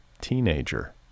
Teenager